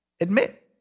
admit